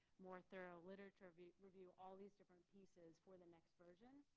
more thorough literature review, all these different pieces for the next version.